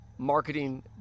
Marketing